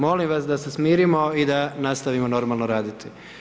Molim vas da se smirimo i da nastavimo normalno raditi.